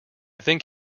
think